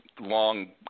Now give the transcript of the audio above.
long